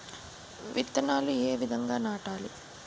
విత్తనాలు ఏ విధంగా నాటాలి?